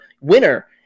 winner